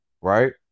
right